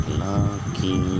lucky